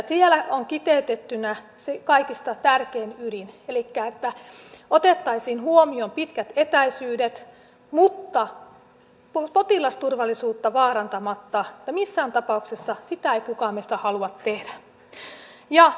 siellä on kiteytettynä se kaikista tärkein ydin elikkä että otettaisiin huomioon pitkät etäisyydet mutta potilasturvallisuutta vaarantamatta missään tapauksessa sitä ei kukaan meistä halua tehdä